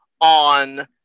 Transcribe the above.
on